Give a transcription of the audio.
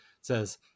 says